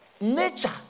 nature